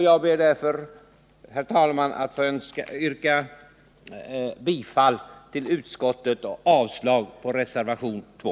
Jag ber därför, herr talman, att få yrka bifall till utskottets hemställan och avslag på reservation 2.